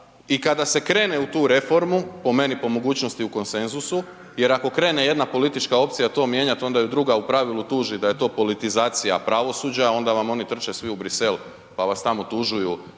i kada se krene u tu reformu, po meni po mogućnosti u konsenzusu, jer ako krene jedna politička opcija to mijenjati, onda ju druga u pravilu tuži da je to politizacija pravosuđa, onda vam oni trče svi u Bruxelles pa vas tamo tužuju